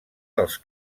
dels